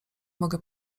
mogę